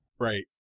Right